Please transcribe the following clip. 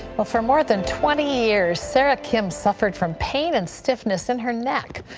well, for more than twenty years, sarah kim suffered from pain and stiffness in her neck.